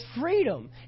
freedom